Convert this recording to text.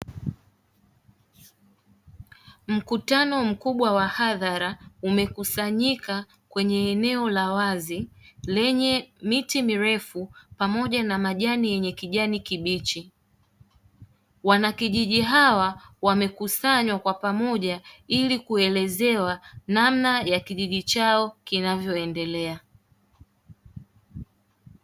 Mkutano mkubwa wa hadhara umekusanyika kwenye eneo la wazi lenye miti mirefu pamoja na majani yenye kijani kibichi wanakijiji hawa wamekusanywa kwa pamoja ili kuelezewa namna ya kijiji chao kinavoendelea.